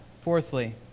fourthly